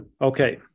Okay